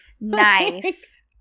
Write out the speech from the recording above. Nice